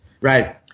right